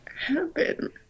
happen